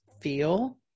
feel